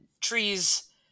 trees